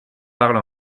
parle